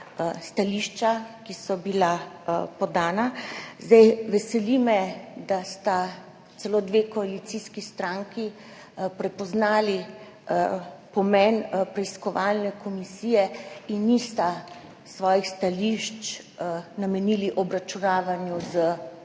stališča, ki so bila podana. Veseli me, da sta celo dve koalicijski stranki prepoznali pomen preiskovalne komisije in nista svojih stališč namenili obračunavanju z opozicijo.